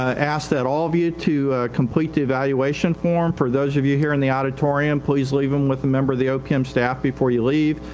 ah ask that all of you to, ah, complete the evaluation form. for those of you here in the auditorium, please leave them with a member of the opm staff before you leave.